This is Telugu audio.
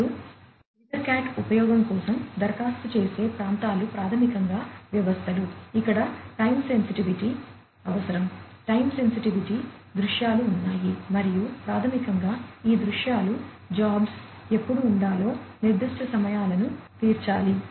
మరియు ఈథర్కాట్ ఉపయోగం కోసం దరఖాస్తు చేసే ప్రాంతాలు ప్రాథమికంగా వ్యవస్థలు ఇక్కడ టైం సేన్సిటివిటి అవసరం టైం సేన్సిటివిటి దృశ్యాలు ఉన్నాయి మరియు ప్రాథమికంగా ఈ దృశ్యాలు జాబ్స్ ఎప్పుడు ఉండాలో నిర్దిష్ట సమయాలను తీర్చాలి